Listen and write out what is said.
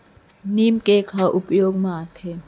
नीम cake ह का उपयोग मा आथे?